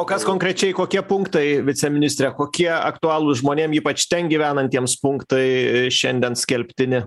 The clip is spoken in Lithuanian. o kas konkrečiai kokie punktai viceministre kokie aktualūs žmonėm ypač ten gyvenantiems punktai šiandien skelbtini